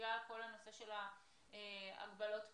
בגלל כל הנושא של הגבלות הפעילות,